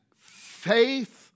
faith